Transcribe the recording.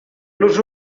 los